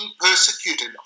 persecuted